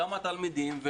גם התלמידים,